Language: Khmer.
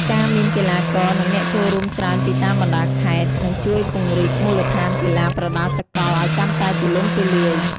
ការមានកីឡាករ និងអ្នកចូលរួមច្រើនពីតាមបណ្តាខេត្ត នឹងជួយពង្រីកមូលដ្ឋានកីឡាប្រដាល់សកលឲ្យកាន់តែទូលំទូលាយ។